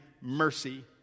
mercy